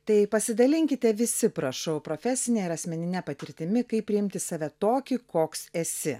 tai pasidalinkite visi prašau profesine ar asmenine patirtimi kaip priimti save tokį koks esi